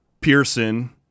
Pearson